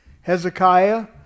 Hezekiah